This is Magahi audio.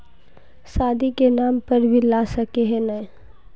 शादी के नाम पर भी ला सके है नय?